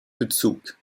bezug